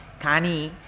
kani